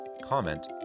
comment